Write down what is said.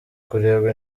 kurebwa